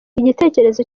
igitekerezo